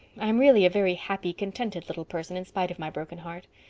i'm really a very happy, contented little person in spite of my broken heart.